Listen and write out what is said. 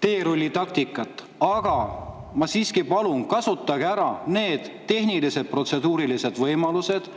teerullitaktikat, aga ma siiski palun: kasutage ära tehnilised protseduurilised võimalused,